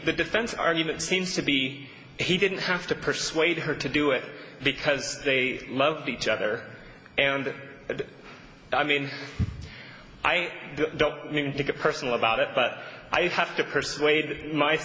defense argument seems to be he didn't have to persuade her to do it because they loved each other and i mean i don't think a personal about it but i have to persuade my